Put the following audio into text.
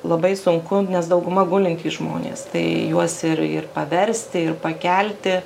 labai sunku nes dauguma gulintys žmonės tai juos ir ir paversti ir pakelti